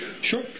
sure